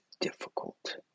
difficult